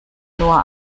nur